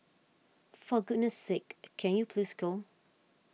for goodness sake can you please go